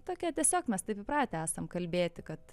tokia tiesiog mes taip įpratę esam kalbėti kad